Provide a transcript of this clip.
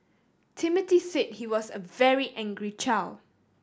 Timothy say he was a very angry child